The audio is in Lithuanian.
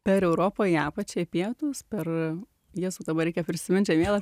per europą į apačią į pietus per jėzau dabar reikia prisiminti žemėlapį